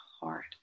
heart